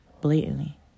blatantly